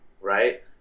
right